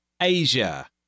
Asia